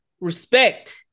respect